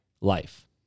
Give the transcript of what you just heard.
life